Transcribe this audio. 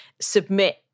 submit